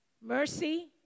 Mercy